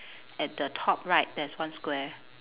at the top right there's one square